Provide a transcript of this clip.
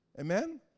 Amen